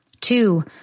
Two